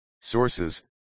Sources